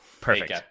perfect